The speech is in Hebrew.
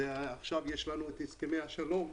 ועכשיו יש לנו את הסכמי השלום,